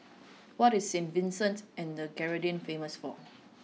what is Saint Vincent and the Grenadines famous for